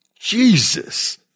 Jesus